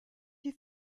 you